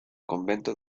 convento